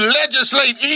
legislate